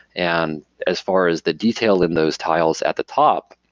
and as far as the detail in those tiles at the top,